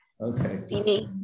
Okay